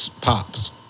pops